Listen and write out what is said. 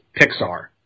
Pixar